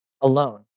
alone